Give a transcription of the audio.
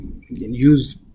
use